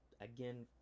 again